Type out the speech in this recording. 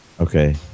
Okay